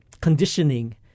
conditioning